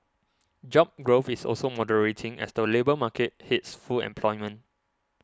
job growth is also moderating as the labour market hits full employment